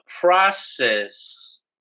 process